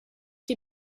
die